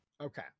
okay